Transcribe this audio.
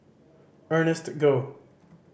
Ernest Goh